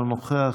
אינו נוכח,